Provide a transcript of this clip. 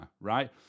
right